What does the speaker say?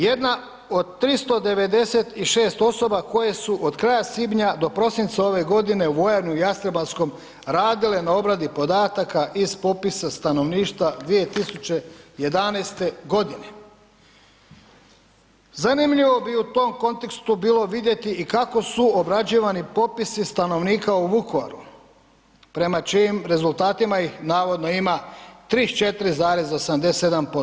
Jedna od 396 osoba koje su od kraja svibnja do prosinca ove godine u vojarni u Jastrebarskom radile na obradi podataka iz popisa stanovništva 2011. g. Zanimljivo bi u tom kontekstu bilo vidjeti i kako su obrađivani popisi stanovnika u Vukovaru, prema čijim rezultatima ih navodno ima 34,87%